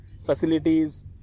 facilities